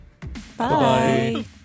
-bye